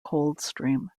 coldstream